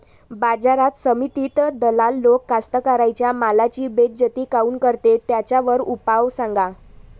बाजार समितीत दलाल लोक कास्ताकाराच्या मालाची बेइज्जती काऊन करते? त्याच्यावर उपाव सांगा